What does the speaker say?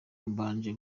mbanje